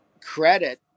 credit